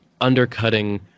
undercutting